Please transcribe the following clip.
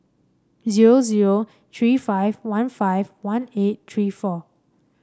zero zero three five one five one eight three four